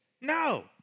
No